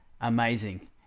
amazing